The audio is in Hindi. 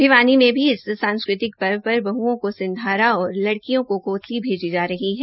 भिवानी से भी इस सांस्कृतिक पर्व पर बह्ओं को सिंधारा और लड़कियों को कोथली भेजी जा रही है